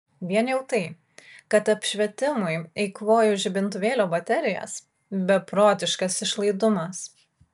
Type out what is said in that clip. vien jau tai kad apšvietimui eikvoju žibintuvėlio baterijas beprotiškas išlaidumas